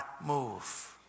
move